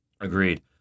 agreed